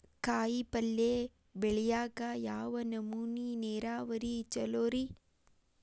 ಕಾಯಿಪಲ್ಯ ಬೆಳಿಯಾಕ ಯಾವ ನಮೂನಿ ನೇರಾವರಿ ಛಲೋ ರಿ?